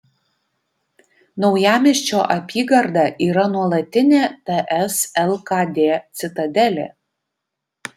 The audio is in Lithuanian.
naujamiesčio apygarda yra nuolatinė ts lkd citadelė